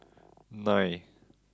nine